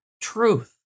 truth